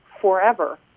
forever